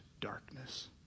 darkness